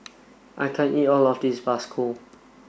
I can't eat all of this Bakso